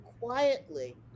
quietly